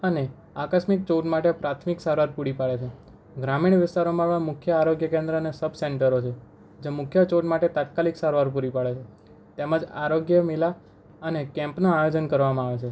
અને આકસ્મિક ચોટ માટે પ્રાથમિક સારવાર પૂરી પાડે છે ગ્રામીણ વિસ્તારોમાં આવા મુખ્ય આરોગ્ય કેન્દ્રને સબસેન્ટરો છે જે મુખ્ય ચોટ માટે તાત્કાલિક સારવાર પૂરી પાડે છે તેમજ આરોગ્ય મેળા અને કેમ્પનું આયોજન કરવામાં આવે છે